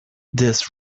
this